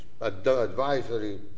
advisory